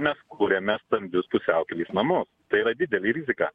mes kuriame stambius pusiaukelės namus tai yra didelė rizika